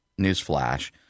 newsflash